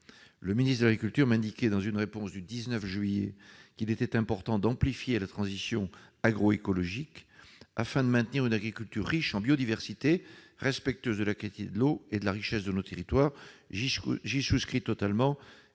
Le ministre de l'agriculture m'indiquait dans une réponse du 19 juillet qu'il était important d'amplifier la transition agro-écologique afin de maintenir une agriculture riche en biodiversité, respectueuse de la qualité de l'eau et de la richesse de nos territoires. Je souscris totalement